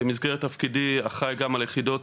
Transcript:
במסגרת תפקידי אחראי גם על היחידות